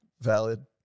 Valid